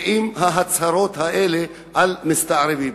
ועם ההצהרות האלה על מסתערבים.